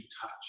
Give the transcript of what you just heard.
touch